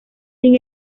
sin